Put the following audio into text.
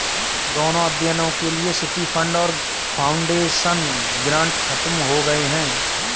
दोनों अध्ययनों के लिए सिटी फंड और फाउंडेशन ग्रांट खत्म हो गए हैं